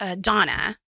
donna